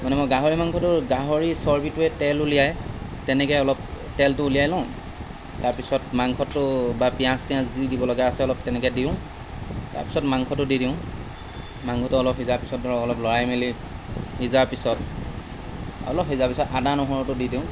মানে মই গাহৰি মাংসটো গাহৰি চৰ্বিটোৱে তেল উলিয়ায় তেনেকৈ অলপ তেলটো উলিয়াই লওঁ তাৰপিছত মাংসটো বা পিঁয়াজ চিয়াজ যি দিব লগা আছে অলপ তেনেকৈ দিওঁ তাৰপিছত মাংসটো দি দিওঁ মাংসটো অলপ সিজা পিছত ধৰক লৰাই মেলি সিজা পিছত অলপ সিজা পিছত আদা নহৰুটো দি দিওঁ